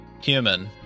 human